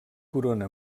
corona